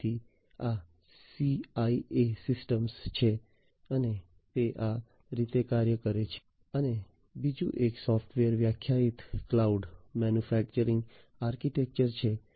તેથી આ CIA system છે અને તે આ રીતે કાર્ય કરે છે અને બીજું એક સોફ્ટવેર વ્યાખ્યાયિત ક્લાઉડ મેન્યુફેક્ચરિંગ આર્કિટેક્ચર છે